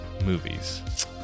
movies